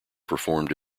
performed